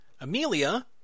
Amelia